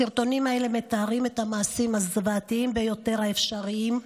הסרטונים האלה מתארים את המעשים הזוועתיים ביותר האפשריים,